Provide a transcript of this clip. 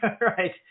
Right